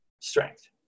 strength